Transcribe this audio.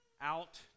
out